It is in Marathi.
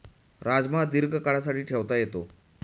राजमा दीर्घकाळासाठी ठेवता येतो